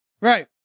Right